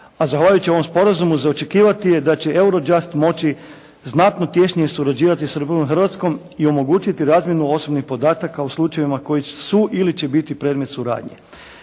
a zahvaljujući ovom sporazumu za očekivati je da će Eurojust moći znatno tješnij surađivati sa Republikom Hrvatskom i omogućiti razmjenu osobnih podataka u slučajevima koji su ili će biti predmet suradnje.